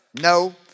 No